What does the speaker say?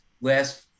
last